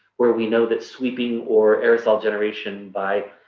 where we know that sweeping or aerosol generation by,